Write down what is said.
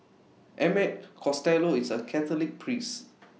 Emmett Costello is A Catholic priest